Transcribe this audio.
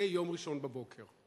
נוסעי יום ראשון בבוקר,